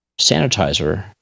sanitizer